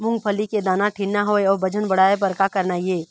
मूंगफली के दाना ठीन्ना होय अउ वजन बढ़ाय बर का करना ये?